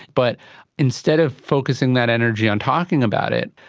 but instead of focusing that energy on talking about it,